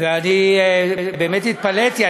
אני באמת התפלאתי.